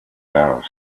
were